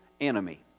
enemy